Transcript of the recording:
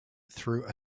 through